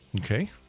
Okay